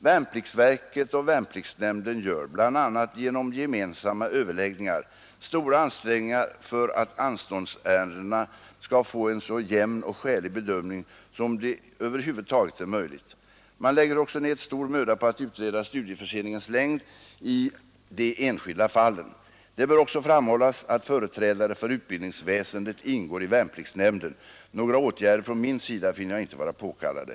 Värnpliktsverket och värnpliktsnämnden gör, bl.a. genom gemensamma överläggningar, stora ansträngningar för att anståndsärendena skall få en så jämn och skälig bedömning som det över huvud taget är möjligt. Man lägger också ned stor möda på att utreda studieförseningens längd i de enskilda fallen. Det bör även framhållas att företrädare för utbildningsväsendet ingår i värnpliktsnämnden. Några åtgärder från min = Nr 135 sida finner jag inte vara påkallade.